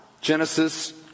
Genesis